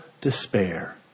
despair